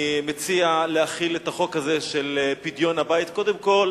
אני מציע להחיל את החוק הזה של פדיון הבית קודם כול